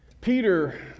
Peter